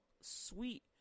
sweet